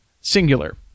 singular